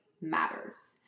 matters